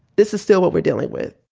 this is still what we're dealing with.